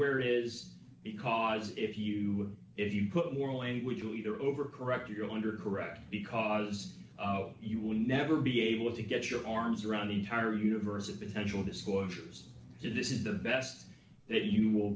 where is because if you if you put more language a leader over correctly you're under correct because you will never be able to get your arms around the entire universe of potential disclosures this is the best that you will